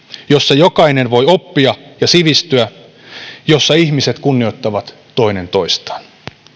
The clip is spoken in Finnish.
jossa jokainen voi oppia ja sivistyä jossa ihmiset kunnioittavat toinen toistaan